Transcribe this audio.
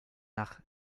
nach